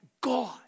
God